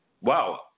wow